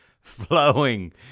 flowing